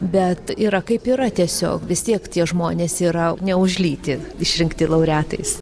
bet yra kaip yra tiesiog vis tiek tie žmonės yra ne už lytį išrinkti laureatais